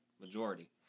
majority